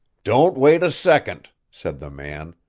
don't wait a second, said the man.